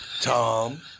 Tom